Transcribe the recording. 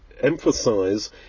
emphasize